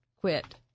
quit